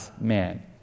man